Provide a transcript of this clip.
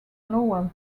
lovell